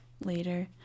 later